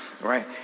right